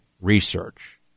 research